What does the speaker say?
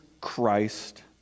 Christ